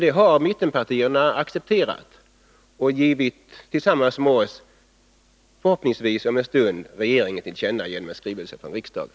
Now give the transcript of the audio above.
Detta har mittenpartierna accepterat och om en stund — förhoppningsvis — tillsammans med oss gett regeringen till känna genom en skrivelse från riksdagen.